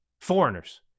foreigners